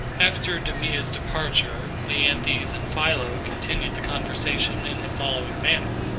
after demea's departure, cleanthes and philo continued the conversation in the following manner.